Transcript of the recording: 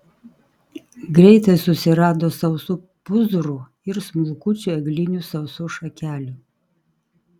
greitai susirado sausų pūzrų ir smulkučių eglinių sausų šakelių